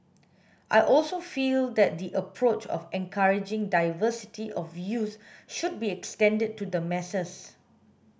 I also feel that the approach of encouraging diversity of views should be extended to the masses